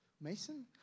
Mason